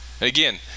Again